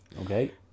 okay